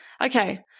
Okay